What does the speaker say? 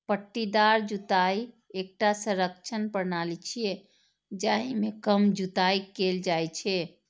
पट्टीदार जुताइ एकटा संरक्षण प्रणाली छियै, जाहि मे कम जुताइ कैल जाइ छै